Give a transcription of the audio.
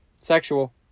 Sexual